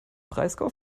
breisgau